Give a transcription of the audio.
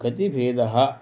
कतिभेदः